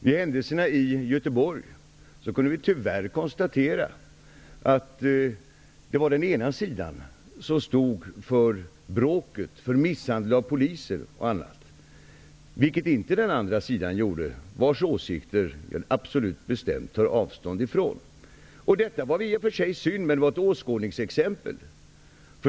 Vid händelserna i Göteborg kunde vi tyvärr konstatera att det var den ena sidan som stod för bråken, misshandeln av poliser och annat -- vilket inte den andra sidan vars åsikter jag absolut och bestämt tar avstånd från gjorde. Detta var i och för sig synd, men är ett åskådningsexempel.